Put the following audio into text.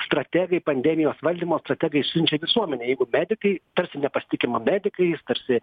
strategai pandemijos valdymo strategai siunčia visuomenei jeigu medikai tarsi nepasitikima medikais tarsi